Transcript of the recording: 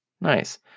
Nice